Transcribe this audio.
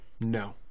No